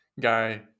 guy